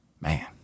man